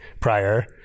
prior